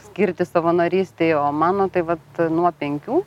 skirti savanorystei o mano tai vat nuo penkių